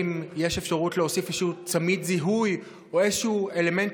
אם יש אפשרות להוסיף צמיד זיהוי או אלמנט